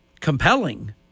compelling